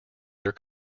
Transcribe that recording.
their